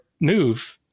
move